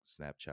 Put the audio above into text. Snapchat